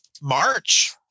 March